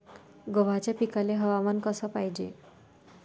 गव्हाच्या पिकाले हवामान कस पायजे?